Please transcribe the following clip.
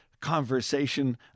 conversation